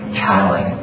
channeling